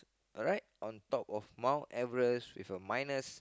alright on top of Mt-Everest with a minus